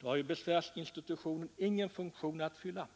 då har ju besvärsinstitutionen ingen funktion att fylla.